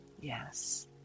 yes